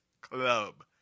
Club